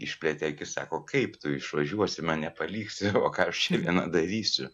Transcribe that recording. išplėtė akis sako kaip tu išvažiuosi mane paliksi o ką aš čia viena darysiu